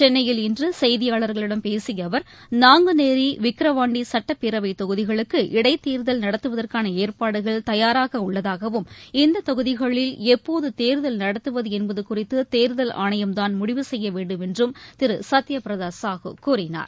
சென்னையில் இன்றுசெய்தியாளர்களிடம் பேசியஅவர் நாங்குநேரி விக்ரவாண்டிசட்டப்பேரவைதொகுதிகளுக்கு இடைத்தேர்தல் நடத்துவதற்கானஏற்பாடுகள் தயாராகஉள்ளதாகவும் இந்ததொகுதிகளில் எப்போதுதேர்தல் நடத்துவதுஎன்பதுகுறித்துதேர்தல் ஆணையம் தான் முடிவு செய்யவேண்டும் என்றும் திருசத்யபிரதாசாஹூ கூறினார்